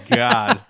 god